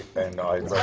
and